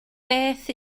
beth